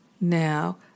now